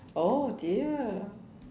oh dear